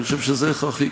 אני חושב שזה הכרחי.